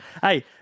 Hey